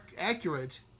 accurate